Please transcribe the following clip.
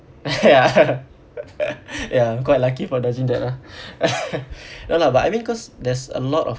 ya ya I'm quite lucky for dodging that lah no lah but I mean cause there's a lot of